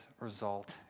result